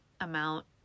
amount